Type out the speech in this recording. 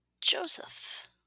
Joseph